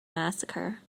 massacre